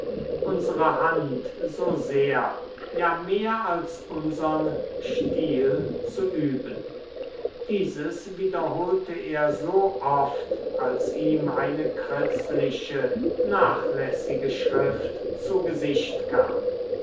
unsere hand so sehr ja mehr als unsern stil zu üben dieses wiederholte er so oft als ihm eine kritzliche nachlässige schrift zu gesicht kam